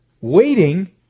waiting